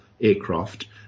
aircraft